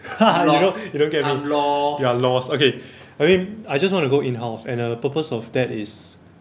haha you don't you don't get me you're lost okay okay I just want to go in house and the purpose of that is